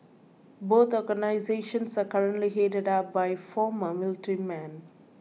both organisations are currently headed up by former military men